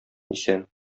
исән